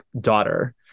daughter